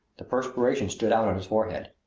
the perspiration stood out on his forehead.